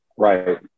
right